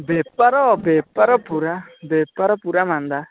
ବେପାର ବେପାର ପୁରା ବେପାର ପୁରା ମାନ୍ଦା